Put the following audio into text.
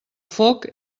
foc